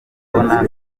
kubona